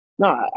No